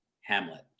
Hamlet